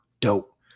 dope